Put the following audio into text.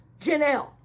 Janelle